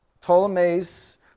Ptolemy's